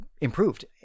improved